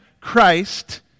Christ